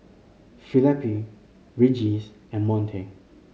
Felipe Regis and Monte